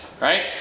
right